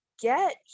get